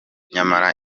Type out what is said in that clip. nyamara